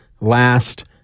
Last